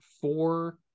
four